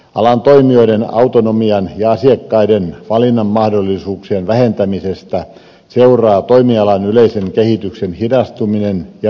alan toimijoiden autonomian ja asiakkaiden valinnanmahdollisuuksien vähentämisestä seuraa toimialan yleisen kehityksen hidastuminen ja yksipuolistuminen